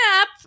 up